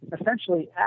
essentially